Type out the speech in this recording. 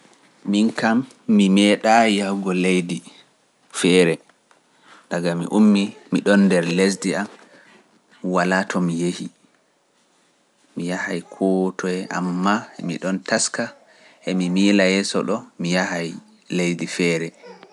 Min kam, mi meeɗaayi yahugo leydi feere, taga mi ummii, mi ɗoon nder lesdi am, walaa to mi yehi, mi yahay kooto e am maa, mi ɗoon taska, emi miila yeeso ɗo mi yahay leydi feere.